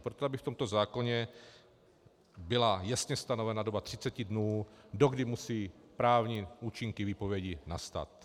Proto, aby v tomto zákoně byla jasně stanovena doba 30 dnů, dokdy musí právní účinky výpovědi nastat.